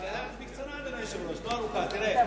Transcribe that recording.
בקצרה, אדוני היושב-ראש, לא ארוכה, תראה,